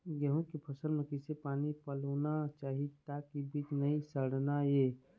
गेहूं के फसल म किसे पानी पलोना चाही ताकि बीज नई सड़ना ये?